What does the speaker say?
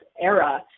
era